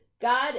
god